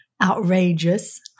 outrageous